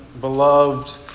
beloved